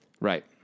Right